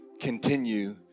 continue